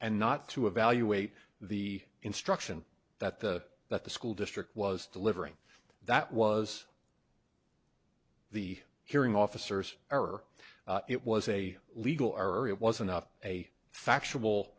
not to evaluate the instruction that the that the school district was delivering that was the hearing officers error it was a legal our it was enough a factual